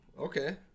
Okay